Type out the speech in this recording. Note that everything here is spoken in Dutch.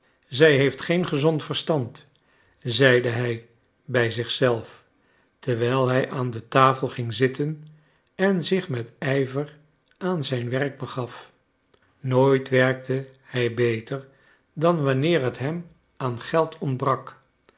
zij heeft geen gezond verstand zeide hij bij zich zelf terwijl hij aan de tafel ging zitten en zich met ijver aan zijn werk begaf nooit werkte hij beter dan wanneer het hem aan geld ontbrak